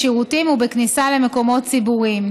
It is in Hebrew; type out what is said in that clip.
בשירותים ובכניסה למקומות ציבוריים.